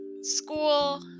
school